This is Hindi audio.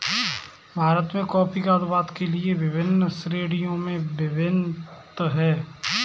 भारत में कॉफी उत्पादन के क्षेत्र विभिन्न श्रेणियों में विभक्त हैं